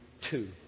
two